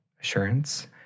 Assurance